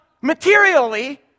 materially